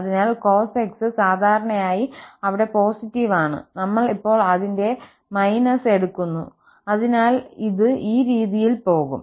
അതിനാൽ cos x സാധാരണയായി അവിടെ പോസിറ്റീവ് ആണ് നമ്മൾ ഇപ്പോൾ അതിന്റെ ′−′ എടുക്കുന്നു അതിനാൽ ഇത് ഈ രീതിയിൽ പോകും